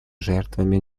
жертвами